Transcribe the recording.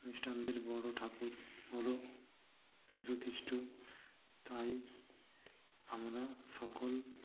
খ্রীস্টানদের বড় ঠাকুর হল যীশুখ্রীষ্ট তাই আমরা সকল